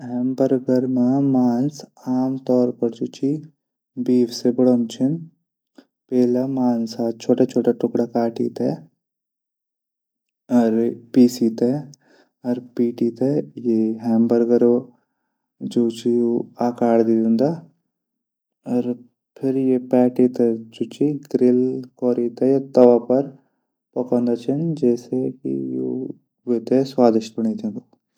हैमबर्गर मा मांस आमतौर पर बीफ से बणोन छन। पैली मांस छुटा छुटा टुकडा कैरी पीसी थै हेमबर्गर आकार दिंदा फिर काटी थे ग्रेवी तवा पर पकोंदा छन। फिर यो थै स्वादिष्ट बणो छन।